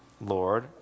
Lord